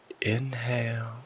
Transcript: Inhale